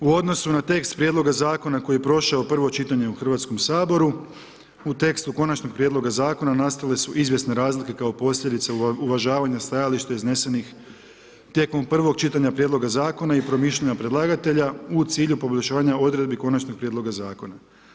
U odnosu na tekst prijedloga zakona koji je prošao prvo čitanje u Hrvatskom saboru, u tekstu konačnog prijedloga zakona nastale su izvjesne razlike kao posljedice uvažavanja stajališta iznesenih tijekom prvog čitanja prijedloga zakona i promišljanja predlagatelja u cilju poboljšanja odredbi konačnog prijedloga zakona.